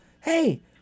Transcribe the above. hey